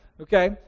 Okay